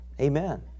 Amen